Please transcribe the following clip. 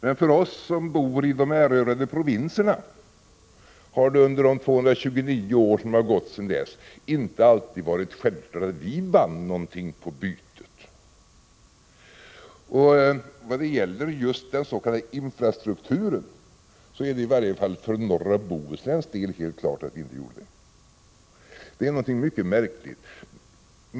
Men för oss som bor i de erövrade provinserna har det under de 229 år som har gått sedan dess inte alltid varit självklart att vi vann någonting på bytet. När det gäller just den s.k. infrastrukturen är det i varje fall för norra Bohusläns del helt klart att vi inte gjorde det.